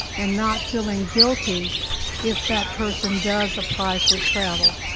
and not feeling guilty if that person does apply for travel.